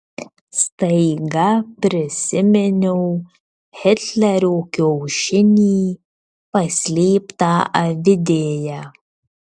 staiga prisiminiau hitlerio kiaušinį paslėptą avidėje